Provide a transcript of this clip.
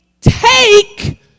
take